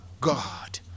God